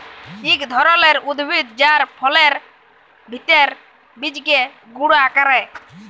ইক ধরলের উদ্ভিদ যার ফলের ভিত্রের বীজকে গুঁড়া ক্যরে